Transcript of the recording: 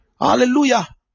Hallelujah